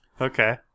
Okay